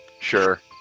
Sure